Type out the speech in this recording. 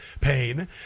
pain